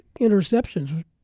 interceptions